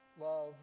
love